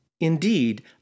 Indeed